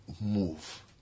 move